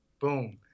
boom